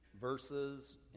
verses